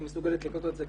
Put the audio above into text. אם היא מסוגלת לספק את זה,